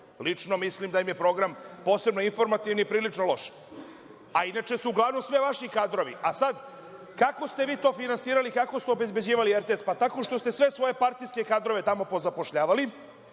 Lično mislim da im je program, posebno informativni, prilično loš. A, inače su uglavnom sve vaši kadrovi. Sad, kako ste vi to finansirali, kako ste obezbeđivali RTS? Tako što ste sve svoje partijske kadrove tamo pozapošljavali,